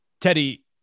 Teddy